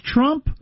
Trump